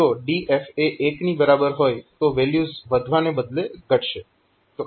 અને જો DF એ 1 ની બરાબર હોય તો વેલ્યુઝ વધવાને બદલે ઘટશે